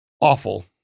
awful